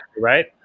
right